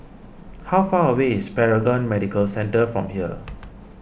how far away is Paragon Medical Centre from here